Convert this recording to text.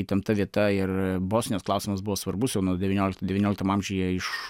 įtempta vieta ir bosnijos klausimas buvo svarbus jau nuo devyniolikto devynioliktam amžiuje iš